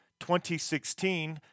2016